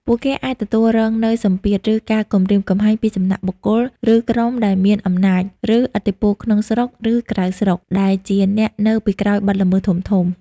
ពួកគេអាចទទួលរងនូវ សម្ពាធ ឬការគំរាមកំហែង ពីសំណាក់បុគ្គល ឬក្រុមដែលមានអំណាច ឬឥទ្ធិពលក្នុងស្រុក ឬក្រៅស្រុក ដែលជាអ្នកនៅពីក្រោយបទល្មើសធំៗ។